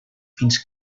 fins